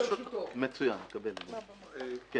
אותו